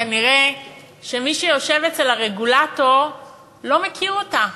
כנראה מי שיושב אצל הרגולטור לא מכיר אותה,